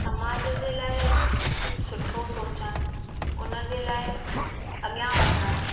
समाज जे लाइ कुझु सुठो सोचणु हुन जे लाइ अॻियां वधणु